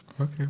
Okay